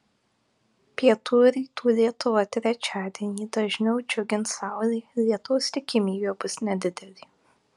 pietų ir rytų lietuvą trečiadienį dažniau džiugins saulė lietaus tikimybė bus nedidelė